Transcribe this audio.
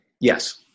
Yes